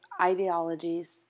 ideologies